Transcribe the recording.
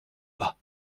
pas